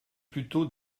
plutôt